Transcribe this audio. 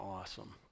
awesome